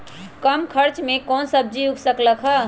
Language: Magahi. कम खर्च मे कौन सब्जी उग सकल ह?